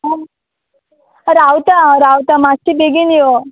आं रावता हांव रावता मात्शी बेगीन यो